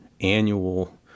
annual